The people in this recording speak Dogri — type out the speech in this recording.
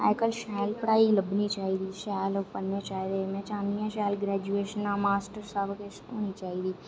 अज्जकल शैल पढ़ाई लब्भनी चाहिदी शैल पढ़ने चाहिदे मैं चाहन्नी आं शैल ग्रेजुेशन मास्टर्स सब किश होनी चाहिदी